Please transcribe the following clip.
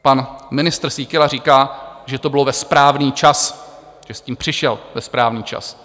Pan ministr Síkela říká, že to bylo ve správný čas, že s tím přišel ve správný čas.